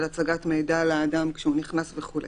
של הצגת מידע לאדם כשהוא נכנס וכו'.